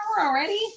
already